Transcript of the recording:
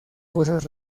cosas